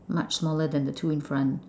much smaller than the two in front